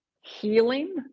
healing